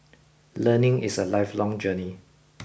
learning is a lifelong journey